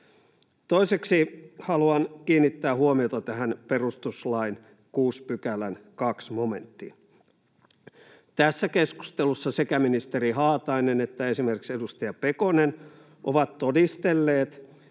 Toiseksi haluan kiinnittää huomiota tähän perustuslain 6 §:n 2 momenttiin. Tässä keskustelussa sekä ministeri Haatainen että esimerkiksi edustaja Pekonen ovat todistelleet,